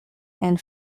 and